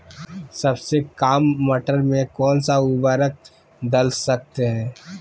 सबसे काम मटर में कौन सा ऊर्वरक दल सकते हैं?